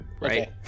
right